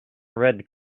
red